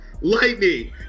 lightning